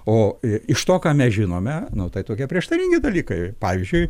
o iš to ką mes žinome nu tai tokie prieštaringi dalykai pavyzdžiui